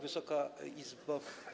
Wysoka Izbo!